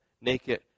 naked